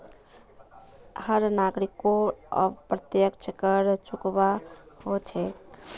हर नागरिकोक अप्रत्यक्ष कर चुकव्वा हो छेक